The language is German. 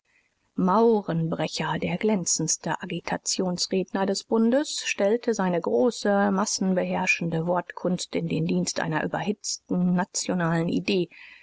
maurenbrecher der glänzendste agitationsredner des bundes stellte seine große massenbeherrschende wortkunst in den dienst einer überhitzten nationalen idee